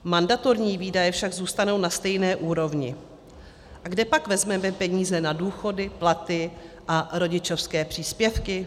Mandatorní výdaje však zůstanou na stejné úrovni kde pak vezmeme peníze na důchody, platy a rodičovské příspěvky?